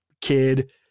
kid